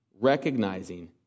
recognizing